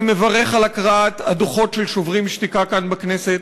אני מברך על הקראת הדוחות של "שוברים שתיקה" כאן בכנסת.